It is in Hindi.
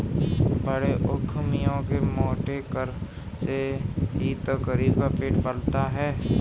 बड़े उद्यमियों के मोटे कर से ही तो गरीब का पेट पलता है